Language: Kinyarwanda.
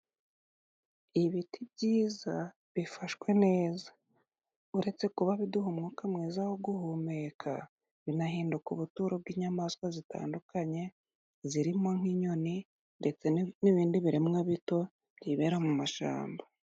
Ibiti byiza bifashwe neza uretse kuba biduha umwuka mwiza wo guhumeka, binahinduka ubuturo bw'inyamaswa zitandukanye zirimo nk'inyoni, ndetse n'ibindi biremwa bito byibera mu mashamba.